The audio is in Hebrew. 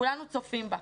כולנו צופים בה.